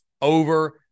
over